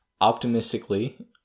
optimistically